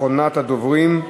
אחרונת הדוברים,